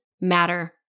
matter